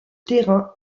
terrain